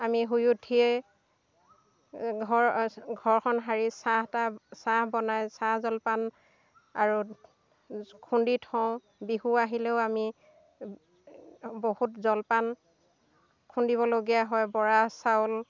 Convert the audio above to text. আমি শুই উঠিয়েই ঘৰ ঘৰখন সাৰি চাহ তাহ চাহ বনাই চাহ জলপান আৰু খুন্দি থওঁ বিহু আহিলেও আমি বহুত জলপান খুন্দিবলগীয়া হয় বৰা চাউল